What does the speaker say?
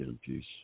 peace